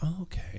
okay